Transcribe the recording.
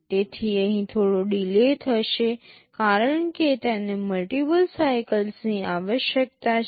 તેથી અહીં થોડો ડિલે થશે કારણ કે તેને મલ્ટિપલ સાઇકલની આવશ્યકતા છે